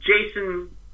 Jason